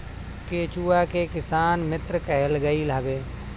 केचुआ के किसान मित्र कहल गईल हवे